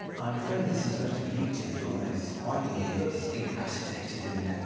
i'm afraid this is mostly for you, tindall, as whitely here is incapacitated, and, um.